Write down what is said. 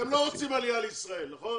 אז אתם לא רוצים עלייה לישראל, נכון?